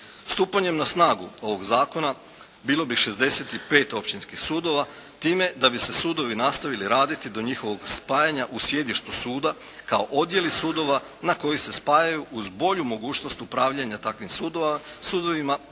Stupanjem na snagu ovog zakona bilo bi 65 općinskih sudova time da bi sudovi nastavili raditi do njihovog spajanja u sjedištu sudova kao odjeli suda na koji se spajaju uz bolju mogućnost upravljanja takvim sudovima